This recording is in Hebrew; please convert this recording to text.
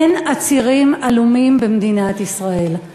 אין עצירים עלומים במדינת ישראל.